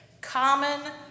common